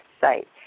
site